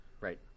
right